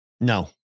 No